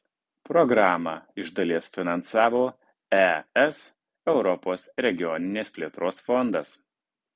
programą iš dalies finansavo es europos regioninės plėtros fondas